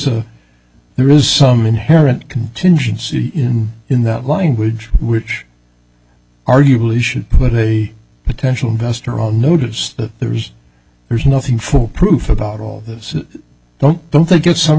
a there is some inherent contingency in in that language which arguably should put a potential investor on notice that there is there's nothing for proof about all the see don't the get some